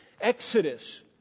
Exodus